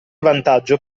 vantaggio